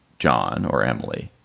john or emily,